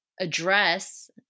address